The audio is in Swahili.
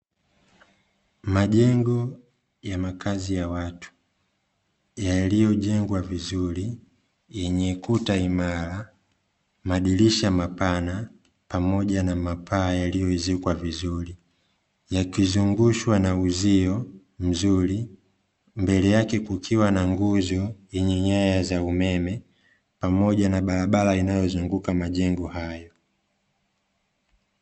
Majengo ya makazi ya watu, yaliyojengwa vizuri yenye kuta imara, madirisha mapana pamoja na mapaa yaliyoezekwa vizuri, yakizungushwa na uzio mzuri, mbele yake kukiwa na nguzo yenye nyaya za umeme pamoja na barabara inayozunguka majengo hayo.